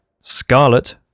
scarlet